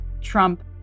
Trump